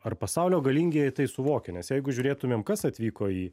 ar pasaulio galingieji tai suvokia nes jeigu žiūrėtumėm kas atvyko į